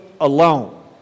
alone